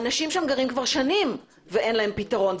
האנשים גרים שם כבר שנים ואין להם פתרון.